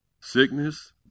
Sickness